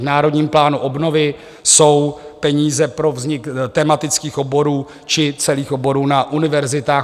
V Národním plánu obnovy jsou peníze pro vznik tematických oborů či celých oborů na univerzitách.